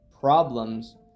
problems